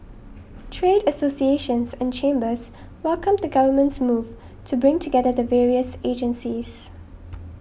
trade associations and chambers welcomed the Government's move to bring together the various agencies